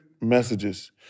messages